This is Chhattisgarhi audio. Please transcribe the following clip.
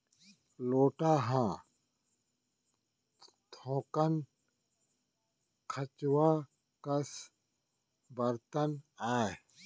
लोटा ह थोकन खंचवा कस बरतन आय